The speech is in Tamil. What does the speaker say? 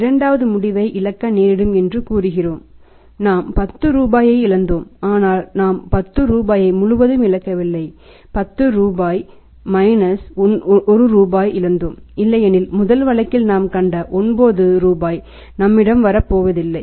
இரண்டாவது முடிவை இழக்க நேரிடும் என்று கூறுகிறோம் நாம் 10 ரூபாயை இழந்தோம் ஆனால் நாம் 10 ரூபாயை முழுவதும் இழக்கவில்லை 10 மைனஸ் 1 ரூபாயை இழந்தோம் இல்லையெனில் முதல் வழக்கில் நாம் கண்ட 9 நம்மிடம் வரப் போவதில்லை